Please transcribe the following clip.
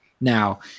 Now